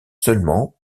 seulement